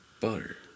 butter